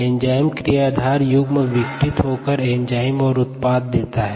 enzyme क्रियाधार युग्म विघटित होकर एंजाइम और उत्पाद देता है